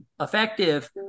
effective